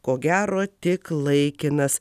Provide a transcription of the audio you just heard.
ko gero tik laikinas